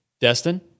Destin